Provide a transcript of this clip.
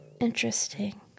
Interesting